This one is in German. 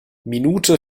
minute